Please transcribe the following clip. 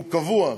שהוא קבוע,